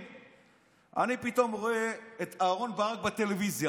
אני פתאום רואה את אהרן ברק בטלוויזיה.